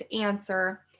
answer